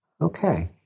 Okay